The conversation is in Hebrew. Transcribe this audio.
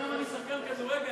אני שחקן כדורגל,